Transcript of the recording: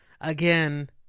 Again